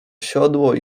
siodło